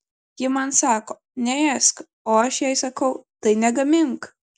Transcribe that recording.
ji man sako neėsk o aš jai sakau tai negamink